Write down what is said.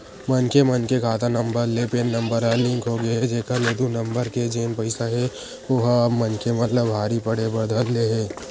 मनखे मन के खाता नंबर ले पेन नंबर ह लिंक होगे हे जेखर ले दू नंबर के जेन पइसा हे ओहा अब मनखे मन ला भारी पड़े बर धर ले हे